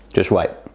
just wait.